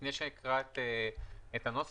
לפני שאקרא את הנוסח,